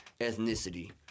ethnicity